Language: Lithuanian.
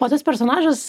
o tas personažas